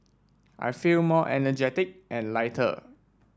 I feel more energetic and lighter